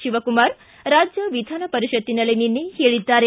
ಶಿವಕುಮಾರ್ ರಾಜ್ಯ ವಿಧಾನ ಪರಿಷತ್ತಿನಲ್ಲಿ ನಿನ್ನೆ ಹೇಳಿದ್ದಾರೆ